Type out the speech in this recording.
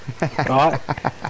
right